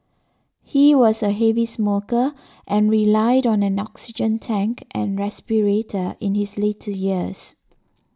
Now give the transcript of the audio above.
he was a heavy smoker and relied on an oxygen tank and respirator in his later years